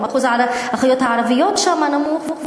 גם אחוז האחיות הערביות שם נמוך,